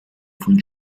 von